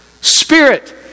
Spirit